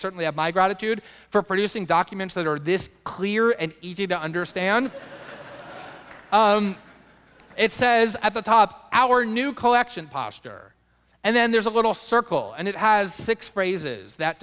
certainly of my gratitude for producing documents that are this clear and easy to understand it says at the top our new collection posture and then there's a little circle and it has six phrases that